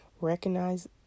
Recognize